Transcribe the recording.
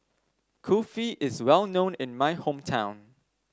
Kulfi is well known in my hometown